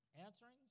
answering